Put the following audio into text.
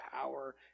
power